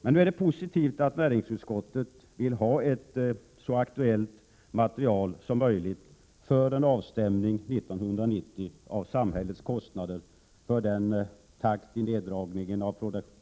Men nu är det positivt att näringsutskottet vill ha ett så aktuellt material som möjligt för en avstämning 1990 av samhällets kostnader för den takt i nedläggningen av